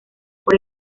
por